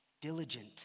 diligent